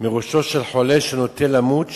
מראשו של חולה שנוטה למות,